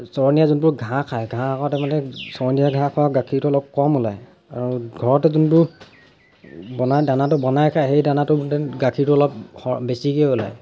চৰনীয়া যোনবোৰ ঘাঁহ খায় ঘাঁহ আকৌ তেওঁলোকে চৰনীয়া ঘাঁহ খোৱা গাখীৰটো অলপ কম ওলায় আৰু ঘৰতে যোনবোৰ বনায় দানাটো বনায় খায় সেই দানাটো গাখীৰটো অলপ বেছিকৈ ওলায়